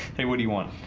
hey, what do you want?